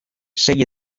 sei